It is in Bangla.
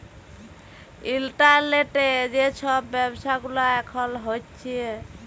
ইলটারলেটে যে ছব ব্যাব্ছা গুলা এখল হ্যছে